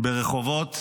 ברחובות